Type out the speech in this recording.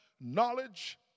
knowledge